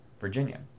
Virginia